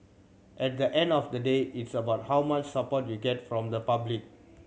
at the end of the day it's about how much support you get from the public